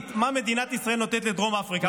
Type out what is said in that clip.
מה מדינת ישראל נותנת לדרום אפריקה,